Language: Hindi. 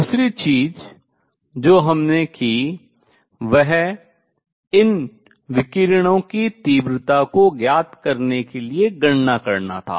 दूसरी चीज जो हमने की वह इन विकिरणों की तीव्रता को ज्ञात के लिए गणना करना था